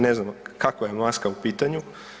Ne znam kakva je maska u pitanju.